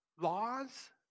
laws